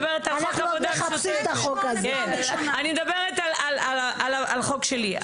אני מדברת על החוק שלי.